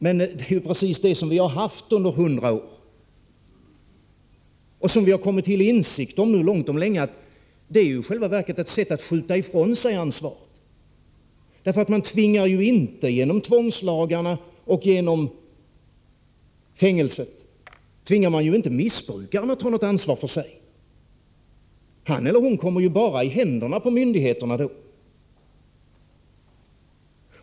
Men det är ju precis detta vi har haft under hundra år. Långt om länge har vi nu kommit till insikt om att det här i själva verket är ett sätt att skjuta ifrån sig ansvaret. Genom tvångslagar och genom fängelsestraff tvingar man ju inte missbrukaren att ta något ansvar för sig själv. Han eller hon kommer ju bara i händerna på myndigheterna.